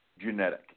genetic